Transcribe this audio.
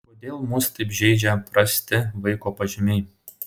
kodėl mus taip žeidžia prasti vaiko pažymiai